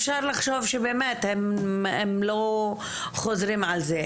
אפשר לחשוב שבאמת הם לא חוזרים על זה.